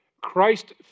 Christ